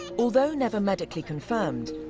although never medically confirmed,